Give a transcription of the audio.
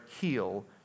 heal